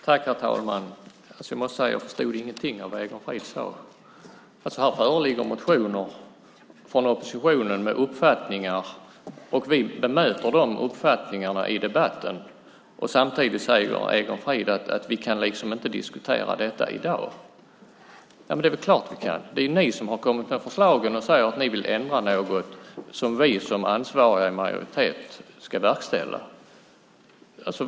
Herr talman! Jag måste säga att jag inte förstod någonting av det Egon Frid sade. Här föreligger motioner från oppositionen med uppfattningar, och vi bemöter de uppfattningarna i debatten. Samtidigt säger Egon Frid att vi liksom inte kan diskutera detta i dag. Det är väl klart att vi kan. Det är ju ni som har kommit med förslagen och säger att ni vill ändra något som vi som ansvariga i majoritet ska verkställa.